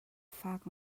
fak